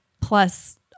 plus